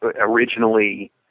originally